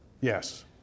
Yes